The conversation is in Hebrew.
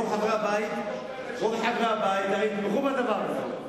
רוב חברי הבית הרי יתמכו בדבר הזה.